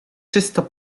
czysto